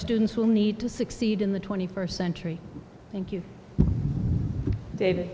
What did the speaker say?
students who need to succeed in the twenty first century thank you david